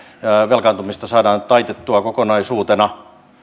velkaantumista saadaan taitettua kokonaisuutena